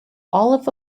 olive